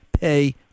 pay